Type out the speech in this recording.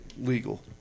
legal